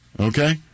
Okay